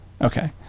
Okay